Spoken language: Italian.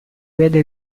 vede